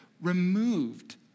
removed